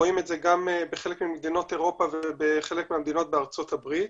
רואים את זה גם בחלק ממדינות אירופה ובחלק מהמדינות בארצות הברית.